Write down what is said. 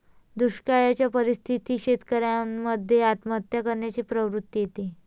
दुष्काळयाच्या परिस्थितीत शेतकऱ्यान मध्ये आत्महत्या करण्याची प्रवृत्ति येते